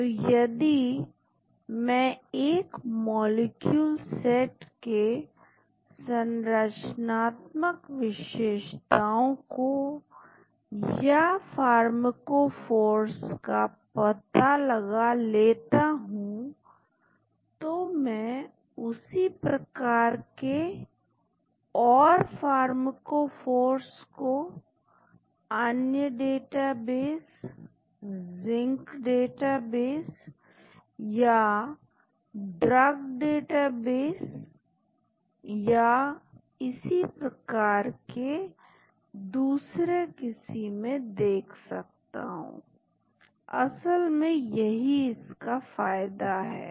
तो यदि मैं एक मॉलिक्यूल सेट के संरचनात्मक विशेषताओं को या फार्मकोफोर्स को पता लगा लेता हूं तो मैं उसी प्रकार के और फार्मकोफोर्स को अन्य डेटाबेस जिंक डेटाबेस या ड्रग डेटाबेस या इसी प्रकार की दूसरे किसी में देख सकता हूं असल में यही इसका फायदा है